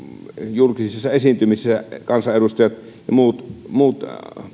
julkisissa esiintymisissä kansanedustajat ja muut